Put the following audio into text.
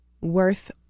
worth